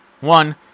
One